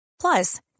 Plus